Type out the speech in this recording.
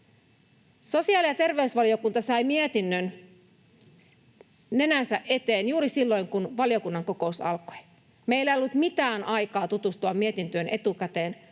Sosiaali- ja terveysvaliokunta sai mietinnön nenänsä eteen juuri silloin, kun valiokunnan kokous alkoi. Meillä ei ollut mitään aikaa tutustua mietintöön etukäteen,